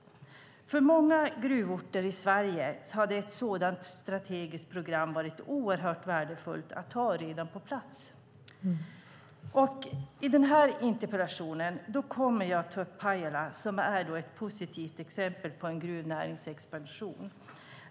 För många gruvorter i Sverige hade ett sådant strategiskt program varit oerhört värdefullt att redan ha på plats. I den här debatten kommer jag att ta upp Pajala som är ett positivt exempel på en gruvnäringsexpansion.